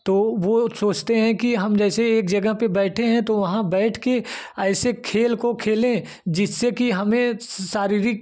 तो वह सोचते हैं कि हम जैसे एक जगह पर बैठे हैं तो वहाँ बैठकर ऐसे खेल को खेलें जिससे कि हमें शारीरिक